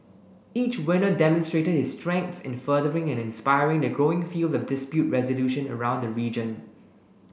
each winner demonstrated his strengths in furthering and inspiring the growing field of dispute resolution around the region